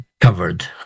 covered